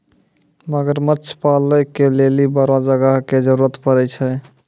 मगरमच्छ पालै के लेली बड़ो जगह के जरुरत पड़ै छै